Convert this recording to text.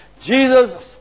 Jesus